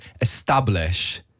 establish